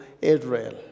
Israel